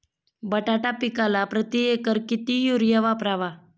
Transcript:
बटाटा पिकाला प्रती एकर किती युरिया वापरावा?